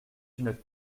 une